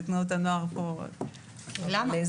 זו